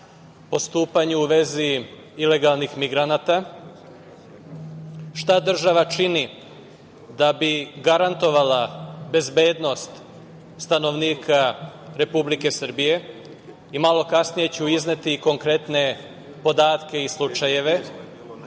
postupanju u vezi ilegalnih migranata. Šta država čini da bi garantovala bezbednost stanovnika Republike Srbije, malo kasnije ću izneti konkretne podatke i slučajeve,